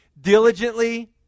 diligently